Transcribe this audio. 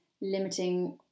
limiting